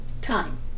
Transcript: Time